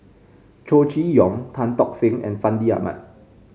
Chow Chee Yong Tan Tock Seng and Fandi Ahmad